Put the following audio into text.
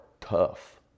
tough